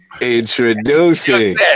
Introducing